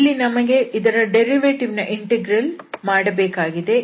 ಇಲ್ಲಿ ನಮಗೆ ಇದರ ವ್ಯುತ್ಪನ್ನ ದ ಇಂಟೆಗ್ರಲ್ ಬೇಕಾಗಿದೆ